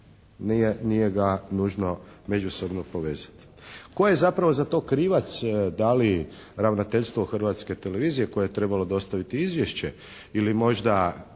nije ga nužno međusobno povezati. Tko je zapravo za to krivac, da li ravnateljstvo Hrvatske televizije koje je trebalo dostaviti izvješće ili možda